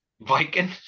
Viking